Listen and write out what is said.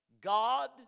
God